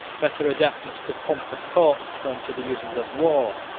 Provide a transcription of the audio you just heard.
better adapted to the pomp of courts than to the uses of war,